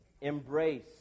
Embrace